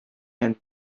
and